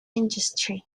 industry